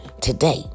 today